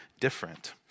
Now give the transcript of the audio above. different